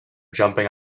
jumping